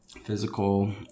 physical